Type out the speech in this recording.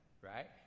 Right